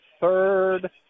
third